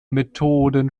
methoden